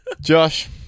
Josh